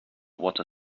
water